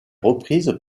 reprise